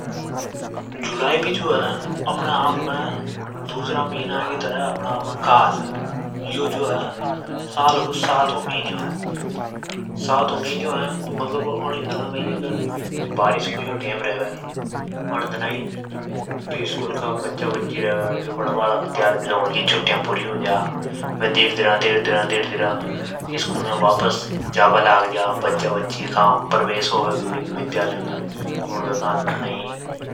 ﻿जुलाई भी जो है नि अपने आप में दूसरा महीना की तरह खास है। यो जो है साल को सा त्वों मिन्यो है अन दना कई यो जो है बारिश को टम रेवे। अन दना ही बच्चा बच्ची की उनकी छुट्टियां पूरी हो जा। वे धीरे-धीरे स्कूल में वापस जाबा लाग जा। बच्चा बच्ची का प्रवेश हो वे विद्यालय में तो उनके कान ने